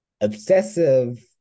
obsessive